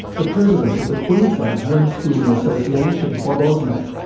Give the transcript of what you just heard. the president of the queensland homeschooling association, bob osmak,